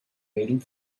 waiting